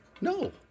No